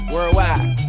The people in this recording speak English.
Worldwide